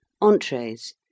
Entrees